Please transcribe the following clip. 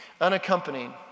unaccompanied